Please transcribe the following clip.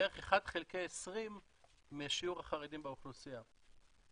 בערך 1/20 משיעור החרדים באוכלוסייה.